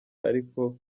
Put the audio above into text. ariko